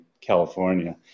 California